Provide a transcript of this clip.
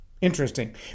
Interesting